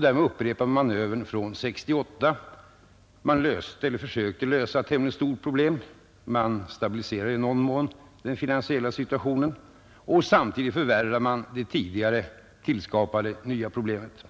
Därmed upprepades manövern från 1968: man löste, eller försökte lösa, ett tämligen stort problem, man stabiliserade i någon mån den finansiella situationen — och samtidigt förvärrade man det tidigare tillskapade nya problemet.